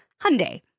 Hyundai